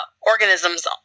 organisms